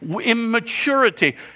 immaturity